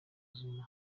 zuma